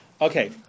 Okay